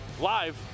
live